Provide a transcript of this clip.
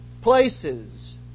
places